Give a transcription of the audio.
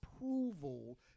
approval